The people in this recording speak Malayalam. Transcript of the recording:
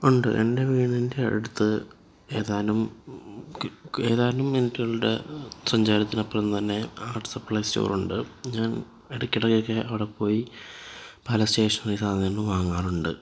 ഉണ്ട് എന്റെ വീടിന്റെ അടുത്ത് ഏതാനും ഏതാനും മിനുട്ടുകളുടെ സഞ്ചാരത്തിനപ്പുറം തന്നെ ആർട്ട് സപ്ലൈസ് സ്റ്റോറുണ്ട് ഞാന് ഇടയ്ക്കിടെയൊക്കെ അവിടെ പോയി പല സ്റ്റേഷനറി സാധനങ്ങള് വാങ്ങാറുണ്ട്